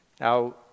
Now